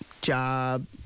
job